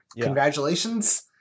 congratulations